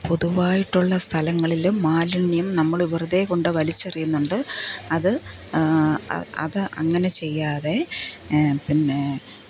പൊതുവായിട്ടുള്ള സ്ഥലങ്ങളിൽ മാലിന്യം നമ്മള് വെറുതെ കൊണ്ട് വലിച്ചെറിയുന്നുണ്ട് അത് അതങ്ങനെ ചെയ്യാതെ പിന്നെ